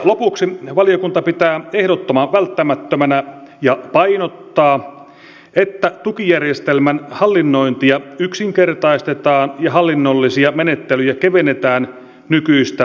lopuksi valiokunta pitää ehdottoman välttämättömänä ja painottaa sitä että tukijärjestelmän hallinnointia yksinkertaistetaan ja hallinnollisia menettelyjä kevennetään nykyistä tehokkaammiksi